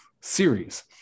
series